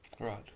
Right